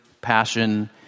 passion